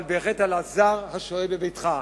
אבל בהחלט על הזר השוהה בביתך.